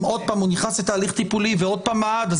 אם עוד פעם הוא נכנס לתהליך טיפולי ועוד פעם מעד,